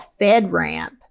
FedRAMP